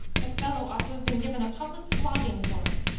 the fellow ought to have been given a public flogging for it.